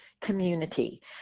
community